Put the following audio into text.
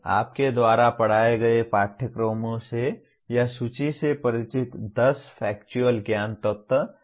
आपके द्वारा पढ़ाए गए पाठ्यक्रमों से या सूची से परिचित 10 फैक्चुअल ज्ञान तत्व